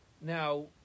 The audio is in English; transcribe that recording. Now